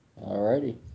Alrighty